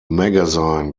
magazine